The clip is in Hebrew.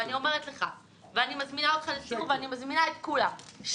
אני אומרת לך ואני מזמינה אותך לסיור ומזמינה את כולם --- שקר,